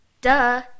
Duh